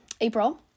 April